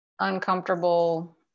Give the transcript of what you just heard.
uncomfortable